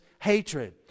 hatred